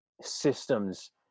systems –